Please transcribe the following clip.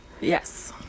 yes